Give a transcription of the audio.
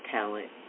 Talent